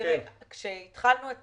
כשהתחלנו את